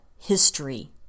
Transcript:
history